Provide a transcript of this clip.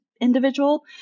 individual